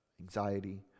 anxiety